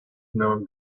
knowing